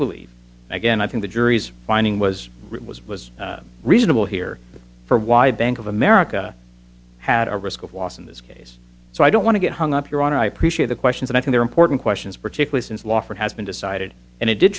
believe again i think the jury's finding was was was reasonable here for why bank of america had a risk of loss in this case so i don't want to get hung up your honor i appreciate the questions and they're important questions particularly since law for has been decided and it did